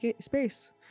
space